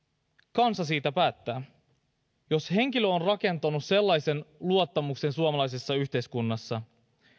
kansa siitä päättää jos henkilö on rakentanut sellaisen luottamuksen suomalaisessa yhteiskunnassa